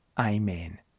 Amen